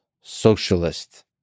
Socialist